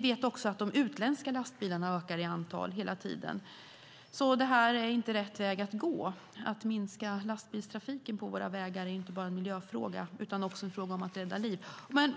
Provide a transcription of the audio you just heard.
vet också att de utländska lastbilarna ökar i antal hela tiden. Det här är inte rätt väg att gå. Att minska lastbilstrafiken på våra vägar är inte bara en miljöfråga utan också en fråga om att rädda liv.